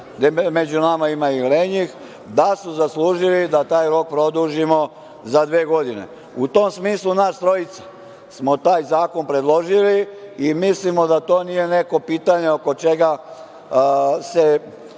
da među nama ima i lenjih, da su zaslužili da taj rok produžimo za dve godine.U tom smislu, nas trojica smo taj zakon predložili i mislimo da to nije neko pitanje oko čega se